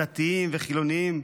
דתיים וחילונים.